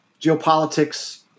geopolitics